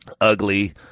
ugly